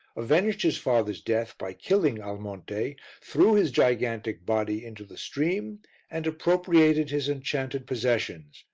avenged his father's death by killing almonte, threw his gigantic body into the stream and appropriated his enchanted possessions,